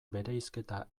bereizketa